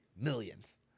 millions